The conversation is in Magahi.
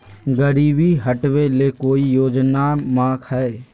गरीबी हटबे ले कोई योजनामा हय?